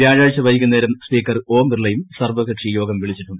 വ്യാഴാഴ്ച വൈകുന്നേരം സ്പീക്കർ ഓം ബിർളയും സർവ്വകക്ഷി യോഗം വിളിച്ചിട്ടുണ്ട്